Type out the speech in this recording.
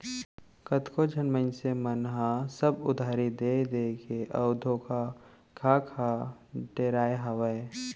कतको झन मनसे मन ह सब उधारी देय देय के अउ धोखा खा खा डेराय हावय